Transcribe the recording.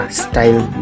style